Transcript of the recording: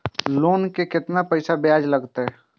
Loan के केतना पैसा ब्याज लागते?